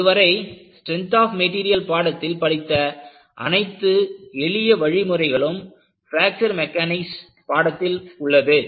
இதுவரை strength of material பாடத்தில் படித்த அனைத்து எளிய வழி முறைகளும் பிராக்ச்சர் மெக்கானிக்ஸில் பாடத்தில் உள்ளது